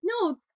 No